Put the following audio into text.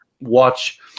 watch